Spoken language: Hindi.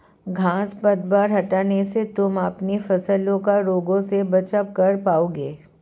घांस पतवार हटाने से तुम अपने फसलों का रोगों से बचाव कर पाओगे